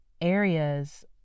areas